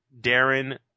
Darren